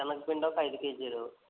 సెనగపిండి ఒక ఐదు కేజీలు